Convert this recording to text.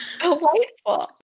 Delightful